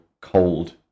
cold